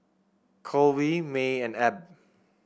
Colby May and Abb